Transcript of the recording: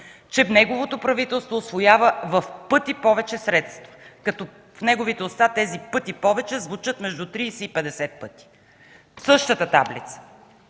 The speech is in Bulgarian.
че неговото правителство усвоява в пъти повече средства. В неговите уста тези пъти повече звучат между 30 и 50 пъти. Същата таблица